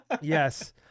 yes